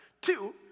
Two